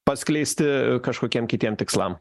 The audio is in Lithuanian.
paskleisti kažkokiem kitiem tikslam